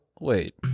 wait